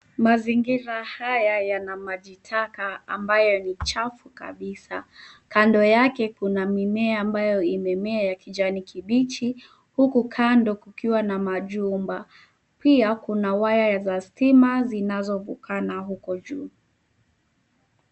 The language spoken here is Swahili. Mazingira haya yana maji taka ambayo ni machafu kabisa. Kando yake kuna mimea ambayo imemea ya kijani kibichi huku kando kukiwa na majumba. Pia kuna waya za stima zinazovukana huko juu.